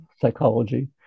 psychology